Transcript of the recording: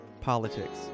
politics